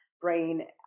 brain